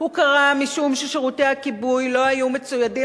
הוא קרה משום ששירותי הכיבוי לא היו מצוידים